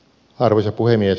arvoisa puhemies